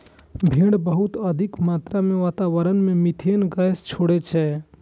भेड़ बहुत अधिक मात्रा मे वातावरण मे मिथेन गैस छोड़ै छै